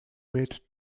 met